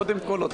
קודם כול,